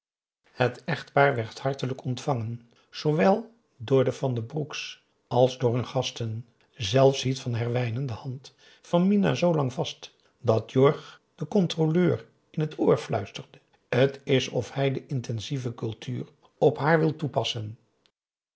het echtpaar werd hartelijk ontvangen zoowel door de van den broeks als door hun gasten zelfs hield van herwijnen de hand van mina zoo lang vast dat jorg den controleur in het oor fluisterde t is of hij de intensieve cultuur op haar wil toepassen